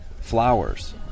flowers